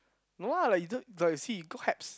no lah like you don't like you see good haps